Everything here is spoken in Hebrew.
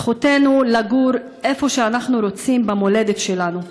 זכותנו לגור איפה שאנחנו רוצים במולדת שלנו.